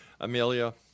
Amelia